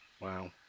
Wow